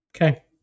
Okay